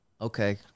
Okay